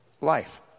life